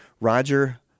Roger